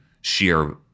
sheer